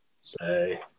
Say